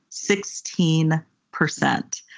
sixteen percent.